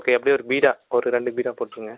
okay அப்படியே ஒரு பீடா ஒரு ரெண்டு பீடா போட்டிருங்க